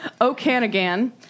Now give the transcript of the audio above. Okanagan